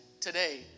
today